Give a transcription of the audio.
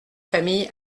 famille